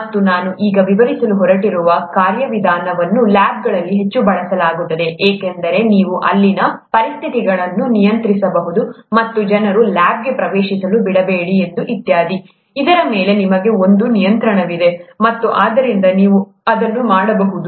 ಮತ್ತು ನಾನು ಈಗ ವಿವರಿಸಲು ಹೊರಟಿರುವ ಕಾರ್ಯವಿಧಾನವನ್ನು ಲ್ಯಾಬ್ಗಳಲ್ಲಿ ಹೆಚ್ಚು ಬಳಸಲಾಗುತ್ತದೆ ಏಕೆಂದರೆ ನೀವು ಅಲ್ಲಿನ ಪರಿಸ್ಥಿತಿಗಳನ್ನು ನಿಯಂತ್ರಿಸಬಹುದು ಮತ್ತು ಜನರು ಲ್ಯಾಬ್ಗೆ ಪ್ರವೇಶಿಸಲು ಬಿಡಬೇಡಿ ಮತ್ತು ಇತ್ಯಾದಿ ಅದರ ಮೇಲೆ ನಿಮಗೆ ನಿಯಂತ್ರಣವಿದೆ ಮತ್ತು ಆದ್ದರಿಂದ ನೀವು ಅದನ್ನು ಮಾಡಬಹುದು